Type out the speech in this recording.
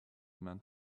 meant